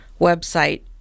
website